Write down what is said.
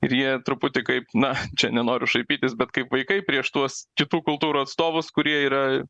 ir jie truputį kaip na čia nenoriu šaipytis bet kaip vaikai prieš tuos kitų kultūrų atstovus kurie yra